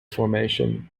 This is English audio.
formation